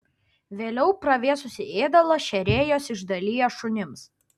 vėliau pravėsusį ėdalą šėrėjos išdalija šunims